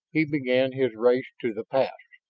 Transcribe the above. he began his race to the pass.